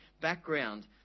background